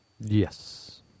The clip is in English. Yes